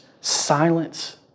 silence